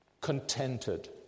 contented